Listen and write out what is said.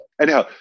Anyhow